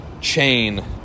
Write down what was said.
chain